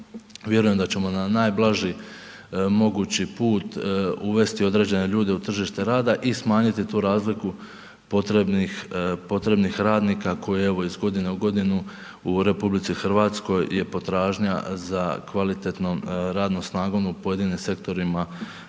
vjerujem da ćemo na najblaži mogući put uvesti određene ljude na tržište rada i smanjiti tu razliku potrebnih radnika koje evo iz godine u godinu u RH je potražnja za kvalitetnom radnom snagom u pojedinim sektorima sve